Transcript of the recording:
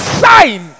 sign